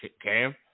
Cam